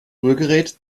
rührgerät